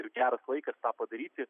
ir geras laikas tą padaryti